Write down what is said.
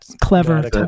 Clever